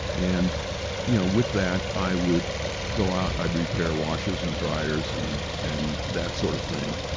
and you know with that, i would go out, i'd repair washers, and dryers, and and that sort of thing.